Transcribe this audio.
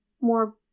more